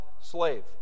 slave